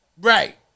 Right